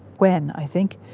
when i think,